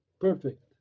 perfect